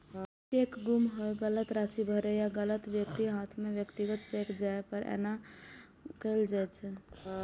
cheque गुम होय, गलत राशि भरै या गलत व्यक्तिक हाथे मे व्यक्तिगत चेक जाय पर एना कैल जाइ छै